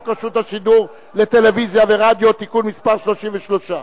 רשות השנייה לטלוויזיה ורדיו (תיקון מס' 33)